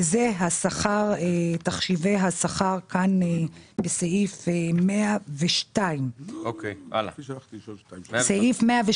זה תחשיבי השכר בסעיף 102. סעיף 103